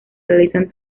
realizan